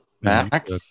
max